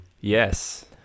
Yes